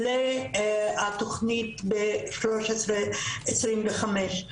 לתוכנית ב-1325.